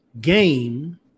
game